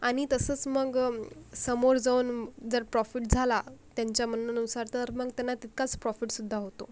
आणि तसंच मग समोर जाऊन जर प्रॉफिट झाला त्यांच्या म्हणण्यानुसार तर मग त्यांना तितकाच प्रॉफिटसुद्धा होतो